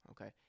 Okay